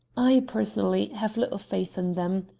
i, personally, have little faith in them,